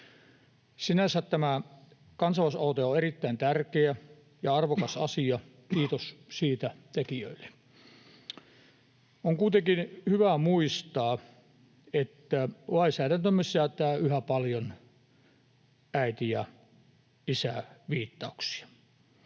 Sinänsä tämä kansalaisaloite on erittäin tärkeä ja arvokas asia, kiitos siitä tekijöille. On kuitenkin hyvä muistaa, että lainsäädäntömme sisältää yhä paljon äiti- ja isä-viittauksia.